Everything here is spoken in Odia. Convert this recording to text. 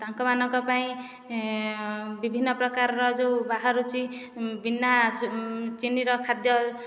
ତାଙ୍କମାନଙ୍କ ପାଇଁ ବିଭିନ୍ନ ପ୍ରକାରର ଯେଉଁ ବାହାରୁଛି ବିନା ଚିନିର ଖାଦ୍ୟ